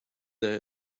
there